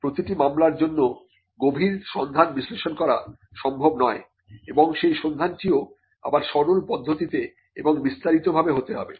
প্রতিটি মামলার জন্য গভীর সন্ধান বিশ্লেষণ করা সম্ভব নয় এবং সেই সন্ধান টিও আবার সরল পদ্ধতিতে এবং বিস্তারিতভাবে হতে হবে